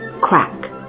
crack